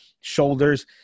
shoulders